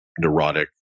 neurotic